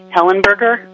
Hellenberger